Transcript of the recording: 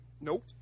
Nope